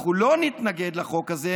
אנחנו לא נתנגד לחוק הזה,